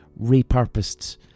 repurposed